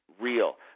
real